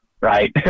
right